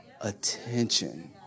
attention